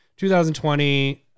2020